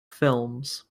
films